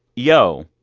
yo,